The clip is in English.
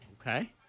Okay